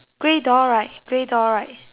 grey door right